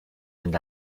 and